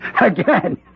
Again